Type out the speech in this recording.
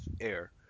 air